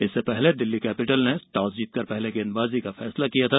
इससे पहले दिल्लीर कैपिटल ने टॉस जीतकर पहले गेंदबाजी करने का फैसला किया था